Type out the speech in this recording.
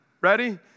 Ready